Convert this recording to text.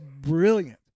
brilliant